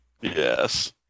Yes